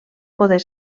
poder